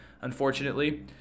unfortunately